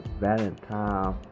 Valentine